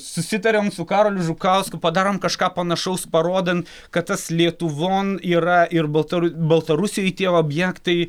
susitariam su karoliu žukausku padarom kažką panašaus parodan kad tas lietuvon yra ir baltaru baltarusijoj tie objektai